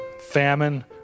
famine